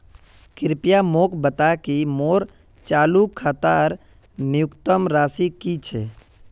कृपया मोक बता कि मोर चालू खातार न्यूनतम राशि की छे